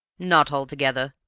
not altogether.